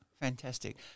Fantastic